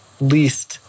least